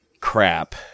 crap